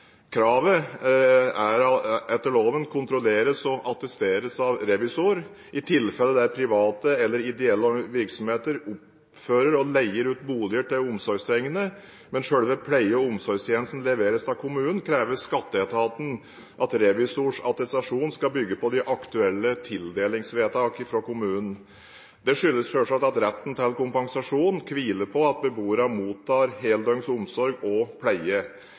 Kravet skal etter loven kontrolleres og attesteres av revisor. I tilfeller der private eller ideelle virksomheter oppfører og leier ut boliger til omsorgstrengende, men selve pleie- og omsorgstjenesten leveres av kommunen, krever skatteetaten at revisors attestasjon skal bygge på de aktuelle tildelingsvedtakene fra kommunen. Det skyldes selvsagt at retten til kompensasjon hviler på at beboerne mottar heldøgns omsorg og pleie.